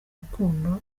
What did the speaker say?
rukundo